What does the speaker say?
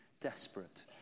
Desperate